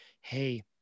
hey